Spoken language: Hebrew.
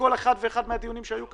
בכל אחד מהדיונים שהיו כאן,